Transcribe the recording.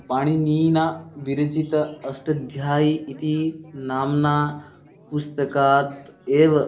पाणिनीना विरचितम् अष्टध्यायी इति नाम्ना पुस्तकात् एव